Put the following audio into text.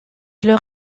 leur